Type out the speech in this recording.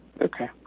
okay